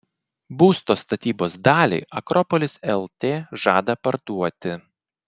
būsto statybos dalį akropolis lt žada parduoti